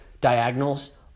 diagonals